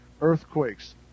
earthquakes